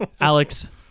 Alex